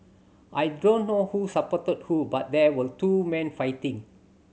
I don't know who supported who but there were two men fighting